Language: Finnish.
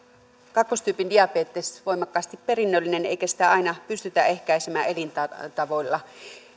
kakkostyypin diabetes on voimakkaasti perinnöllinen eikä sitä aina pystytä ehkäisemään elintavoilla